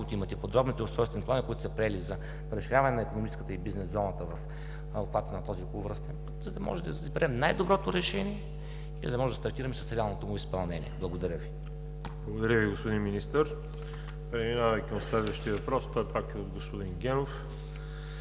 имат, и подробните устройствени планове, които са приели, за разширяване на икономическата и бизнесзоната в обхвата на този околовръстен път, за да може да изберем най-доброто решение и да можем да стартираме с реалното му изпълнение. Благодаря Ви. ПРЕДСЕДАТЕЛ ВАЛЕРИ ЖАБЛЯНОВ: Благодаря Ви, господин Министър. Преминаваме към следващия въпрос. Той пак е от господин Генов